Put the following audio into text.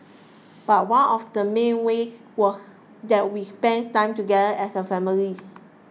but one of the main ways was that we spent time together as a family